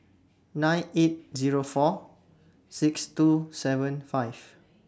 nine eight Zero four six two seven five